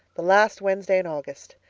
the last wednesday in august.